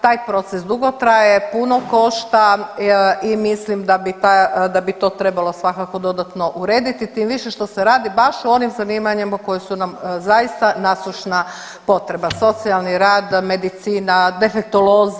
Taj proces dugo traje, puno košta i mislim da bi to trebalo svakako dodatno urediti tim više što se radi baš o onim zanimanjima koji su nam zaista nasušna potreba, socijalni rad, medicina, defektolozi.